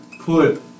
put